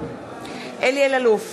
אלי אלאלוף,